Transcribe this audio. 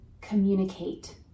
communicate